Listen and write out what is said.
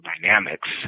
dynamics